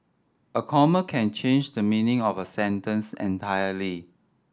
a comma can change the meaning of a sentence entirely